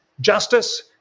justice